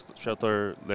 shelter